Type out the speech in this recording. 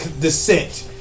descent